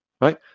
Right